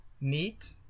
neat